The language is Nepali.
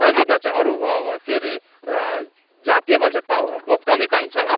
शैलीमा चाहिँ अरू के अरे जातीयमा चाहिँ पाउ बहुत कमी पाइन्छ